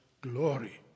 glory